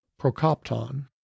Prokopton